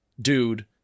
dude